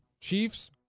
Chiefs